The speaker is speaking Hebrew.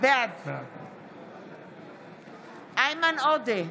בעד איימן עודה,